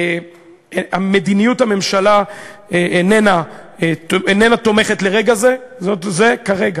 מדיניות הממשלה איננה תומכת לרגע זה, זה כרגע,